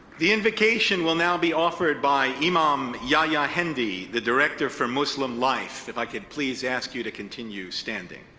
the invocation will now be offered by imam yahya hendi, the director for muslim life. if i could please ask you to continue standing.